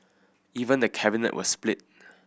even the Cabinet was split